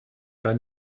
pas